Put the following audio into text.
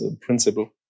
principle